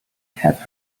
have